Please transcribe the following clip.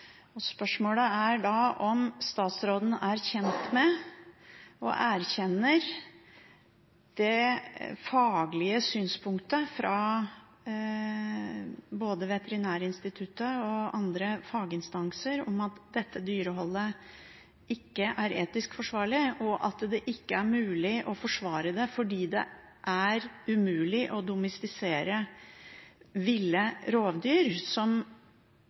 svar. Spørsmålet er om statsråden er kjent med og erkjenner det faglige synspunktet fra både Veterinærinstituttet og andre faginstanser om at dette dyreholdet ikke er etisk forsvarlig, og at det ikke er mulig å forsvare det fordi det er umulig å domestisere ville